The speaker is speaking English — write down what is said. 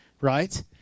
right